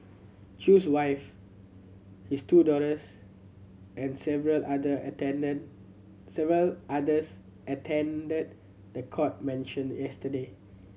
Chew's wife his two daughters and several other attended several others attended the court mention yesterday